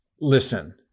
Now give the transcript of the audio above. Listen